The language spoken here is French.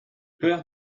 peur